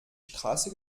straße